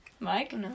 Mike